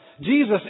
Jesus